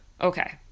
Okay